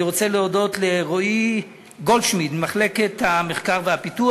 אני רוצה להודות לרועי גולדשמידט ממרכז המחקר והמידע.